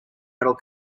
metal